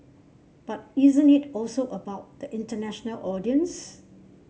but isn't it also about the international audience